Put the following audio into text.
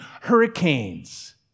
hurricanes